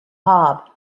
hob